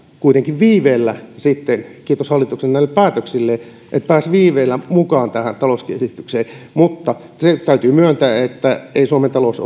kuitenkin viiveellä kiitos näille hallituksen päätöksille mukaan tähän talouskehitykseen se täytyy myöntää että suomen talous